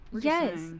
Yes